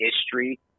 history